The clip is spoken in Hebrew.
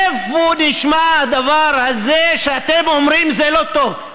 איפה נשמע כדבר הזה, שאתם אומרים שזה לא טוב?